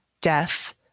Deaf